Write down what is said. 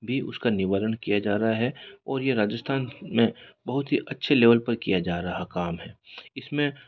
भी उसका निवारण किया जा रहा है और ये राजस्थान में बहुत ही अच्छे लेवल पर किया जा रहा काम है इसमें